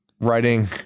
Writing